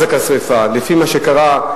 לפי מה שקרה,